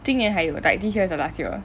今年还有 like this year is the last year